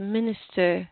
minister